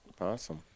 Awesome